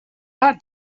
ought